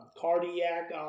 cardiac